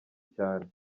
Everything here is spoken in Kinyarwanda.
cyane